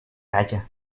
haya